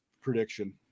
prediction